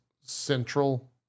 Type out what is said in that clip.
central